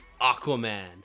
Aquaman